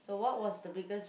so what was the biggest